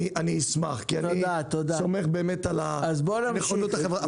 אני אשמח, כי אני סומך על הנכונות החברתית שלך.